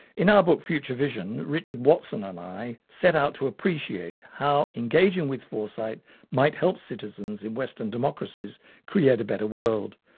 in our book future vision, richard watson and i set out to appreciate how engaging with foresight might help citizens in western democracies create a better world.